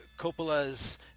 Coppola's